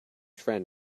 friend